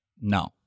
no